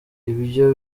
ibyo